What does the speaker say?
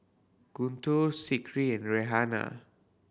Guntur and Raihana